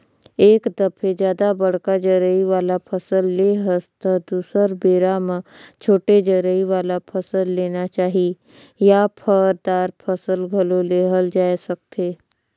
एक दफे जादा बड़का जरई वाला फसल ले हस त दुसर बेरा म छोटे जरई वाला फसल लेना चाही या फर, दार फसल घलो लेहल जाए सकथे